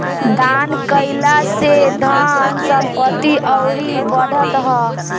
दान कईला से धन संपत्ति अउरी बढ़त ह